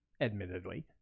admittedly